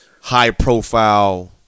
high-profile